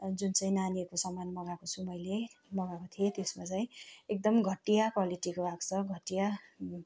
जुन चाहिँ नानीहरूको सामान मगाएको छु मैले मगाएको थिएँ त्यसमा चाहिँ एकदमै घटिया क्वालिटीको आएको छ घटिया